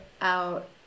out